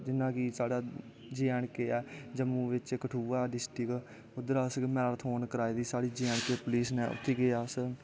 जियां कि साढ़ा जे ऐंड़ के ऐ जम्मू बिच्च कठुआ डिस्टिक उध्दर साढ़ी मैरातन कराई दी साढ़ी जे ऐंड़ के पुलिस नै उत्थें गे अस